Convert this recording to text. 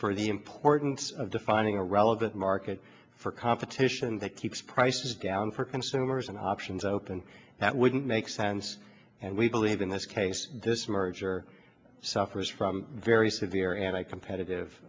for the importance of defining a relevant market for competition that keeps prices down for consumers and options open that wouldn't make sense and we believe in this case this merger suffers from very severe and i competitive